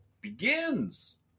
begins